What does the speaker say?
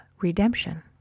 redemption